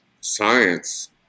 science